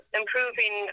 improving